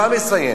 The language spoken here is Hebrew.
לממשלה.